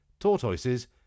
tortoises